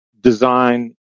design